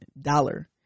dollar